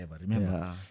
remember